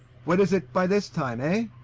what is it by this time, hey?